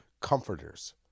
comforters